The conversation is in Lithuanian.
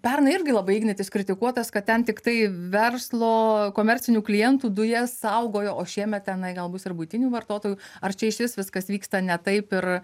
pernai irgi labai ignitis kritikuotas kad ten tiktai verslo komercinių klientų dujas saugojo o šiemet tenai gal bus ir buitinių vartotojų ar čia išvis viskas vyksta ne taip ir